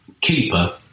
keeper